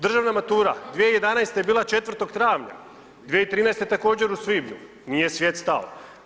Državna matura, 2011. je bila 4. travnja, 2013. također u svibnju, nije svijet stao.